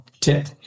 tip